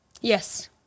Yes